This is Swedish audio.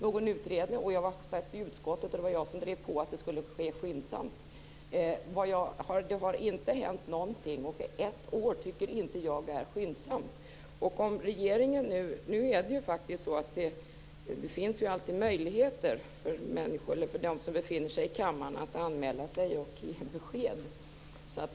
Jag satt i utskottet, och det var jag som drev på för att det skulle ske skyndsamt. Det har inte hänt någonting på ett år, och det tycker inte jag är skyndsamt. Nu finns det alltid möjligheter för dem som befinner sig i kammaren att anmäla sig till talarlistan och ge besked.